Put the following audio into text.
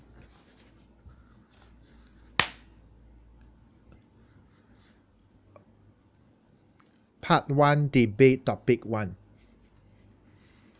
part one debate topic one